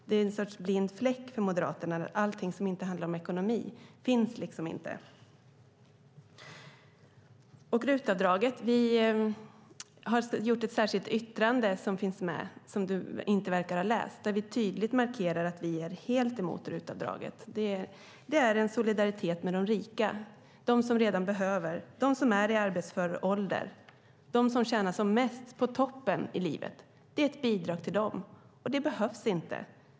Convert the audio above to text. Det är en sorts blind fläck för Moderaterna där allting som inte handlar om ekonomi liksom inte finns. Vad gäller RUT-avdraget har vi gjort ett särskilt yttrande som finns med som du inte verkar ha läst. Där markerar vi tydligt att vi är helt emot RUT-avdraget. Det är en solidaritet med de rika, de som redan har, de som är i arbetsför ålder och tjänar som mest på toppen av livet. Det är ett bidrag till dem. Det behövs inte.